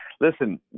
Listen